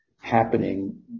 happening